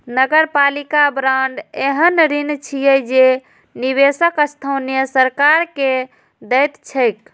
नगरपालिका बांड एहन ऋण छियै जे निवेशक स्थानीय सरकार कें दैत छैक